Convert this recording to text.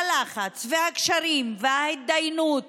הלחץ והקשרים, ההידיינות